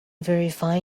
verify